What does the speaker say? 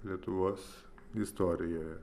lietuvos istorijoje